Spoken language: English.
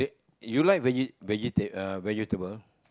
you like veggie vegeta~ uh vegetable